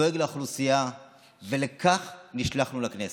דואג לאוכלוסייה, ולכך נשלחנו לכנסת.